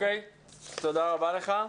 תודה רבה לך.